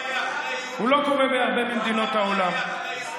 הוא אמר מה יהיה אחרי יוני?